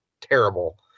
terrible